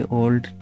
old